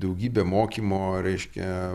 daugybę mokymo reiškia